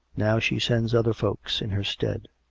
now she sends other folks in her stead.